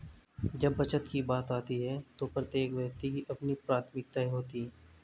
जब बचत की बात आती है तो प्रत्येक व्यक्ति की अपनी प्राथमिकताएं होती हैं